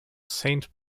saint